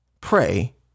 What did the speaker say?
pray